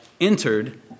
entered